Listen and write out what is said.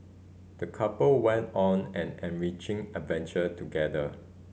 the couple went on an enriching adventure together